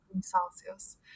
Celsius